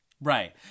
right